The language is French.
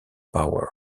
power